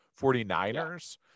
49ers